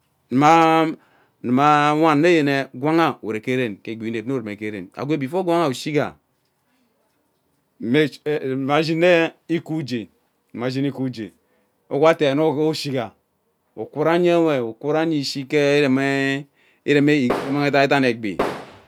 Muma wan nneyene gwangha ure gee ren gee egbi we inep mma urume ke re agwee before gwangha ushiga make su muma ahsinne ike ugee agwaa teene usiga ukwu ranyewe ukwu ranye ishikee mme irume edaidam egbi